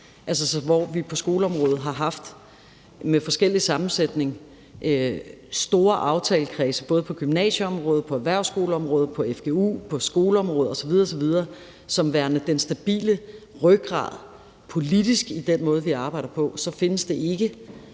ret vildt. På skoleområdet har vi med forskellige sammensætninger haft store aftalekredse, både på gymnasieområdet, på erhvervsskoleområdet, på fgu-området, på skoleområdet osv. osv., som værende den stabile rygrad politisk i den måde, vi arbejder på, og så findes det ikke